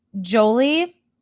Jolie